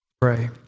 Pray